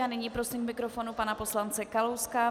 A nyní prosím k mikrofonu pana poslance Kalouska.